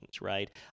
right